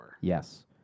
Yes